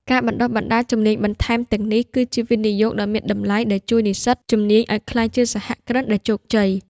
ការបណ្តុះបណ្តាលជំនាញបន្ថែមទាំងនេះ គឺជាវិនិយោគដ៏មានតម្លៃដែលជួយនិស្សិតជំនាញឱ្យក្លាយជាសហគ្រិនដែលជោគជ័យ។